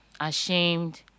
ashamed